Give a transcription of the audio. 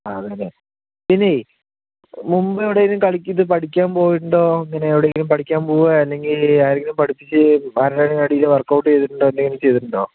ആണല്ലെ പിന്നേയ് മുമ്പ് എവിടെയെങ്കിലും കളി ഇത് പഠിക്കാൻ പോയിട്ടുണ്ടോ അങ്ങനെ എവിടെയെങ്കിലും പഠിക്കാൻ പോവുകയോ അല്ലെങ്കിൽ ആരെങ്കിലും പഠിപ്പിച്ച് ആരുടെയെങ്കിലും അടിയിൽ വർക്കൗട്ട് ചെയ്തിട്ടുണ്ടോ എന്തെങ്കിലും ചെയ്തിട്ടുണ്ടോ